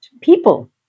people